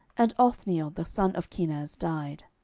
and othniel the son of kenaz died.